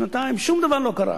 שנתיים, שום דבר לא קרה.